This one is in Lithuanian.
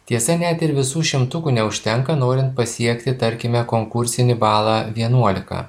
tiesa net ir visų šimtukų neužtenka norint pasiekti tarkime konkursinį balą vienuolika